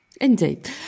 Indeed